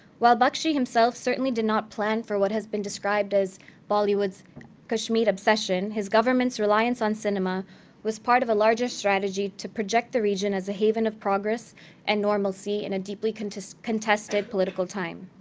while bakshi himself certainly did not plan for what has been described as bollywood's kashmir obsession, his government's reliance on cinema was part of a larger strategy to project the region as a haven of progress and normalcy in a deeply contested contested political time.